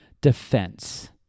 defense